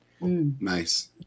nice